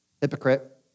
Hypocrite